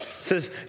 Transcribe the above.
says